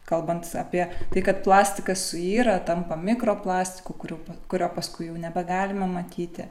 kalbant apie tai kad plastikas suyra tampa mikroplastiku kurio kurio paskui jau nebegalima matyti